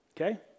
Okay